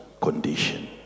condition